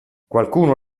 qualcuno